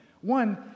One